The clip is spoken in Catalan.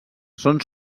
són